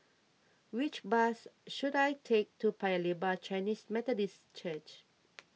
which bus should I take to Paya Lebar Chinese Methodist Church